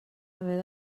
haver